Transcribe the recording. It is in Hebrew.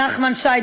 נחמן שי,